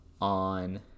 on